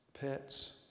pets